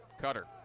Cutter